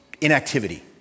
inactivity